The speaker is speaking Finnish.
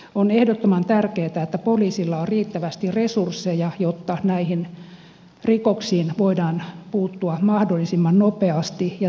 on ehdottoman tärkeätä että poliisilla on riittävästi resursseja jotta näihin rikoksiin voidaan puuttua mahdollisimman nopeasti ja tehokkaasti